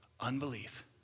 Unbelief